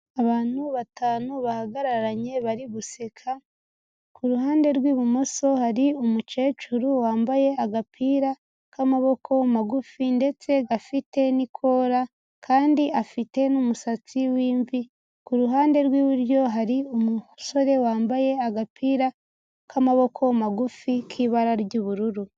abantu batanu bahagararanye bari guseka kuruhande rw'ibumoso hari umukecuru wambaye agapira k'amaboko magufi ndetse gafite ni kora kandi afite n'umusatsi w'imvi kuruhande rw'iburyo hari umusore wambaye agapira k'amaboko magufi k'ibara ry'ubururu.